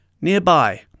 Nearby